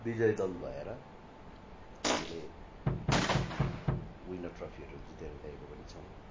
विजयी दल भएर हामीले विनर ट्रफीहरू जितेर ल्याएको पनि छौँ